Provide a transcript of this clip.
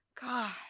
God